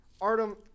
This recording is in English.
Artem